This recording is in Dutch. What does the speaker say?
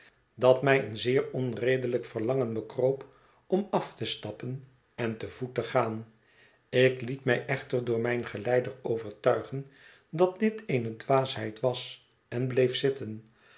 dat mij een zeer onredelijk verlangen bekroop om af te stappen en te voet te gaan ik liet mij echter door mijn geleider overtuigen dat dit eene dwaasheid was en bleef zitten